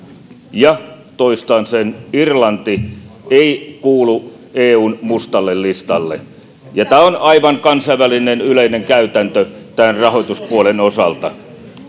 toistan sen irlanti ei kuulu eun mustalle listalle tämä on aivan kansainvälinen yleinen käytäntö tämän rahoituspuolen osalta